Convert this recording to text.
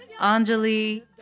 Anjali